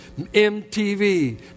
MTV